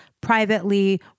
privately